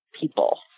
people